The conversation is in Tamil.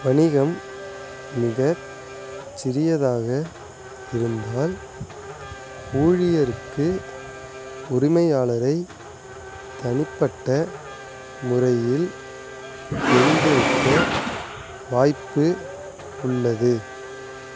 வணிகம் மிகச் சிறியதாக இருந்தால் ஊழியருக்கு உரிமையாளரைத் தனிப்பட்ட முறையில் தெரிந்திருக்க வாய்ப்பு உள்ளது